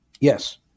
Yes